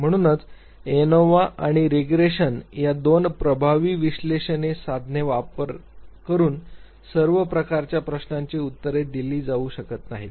म्हणूनच एनोवा आणि रिग्रेशन या दोन प्रभावी विश्लेषणे साधनांचा वापर करून सर्व प्रकारच्या प्रश्नांची उत्तरे दिली जाऊ शकत नाहीत